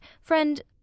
Friend